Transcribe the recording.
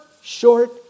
short